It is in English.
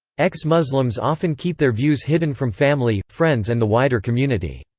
ex-muslims often keep their views hidden from family, friends and the wider community.